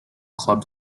club